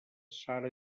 sara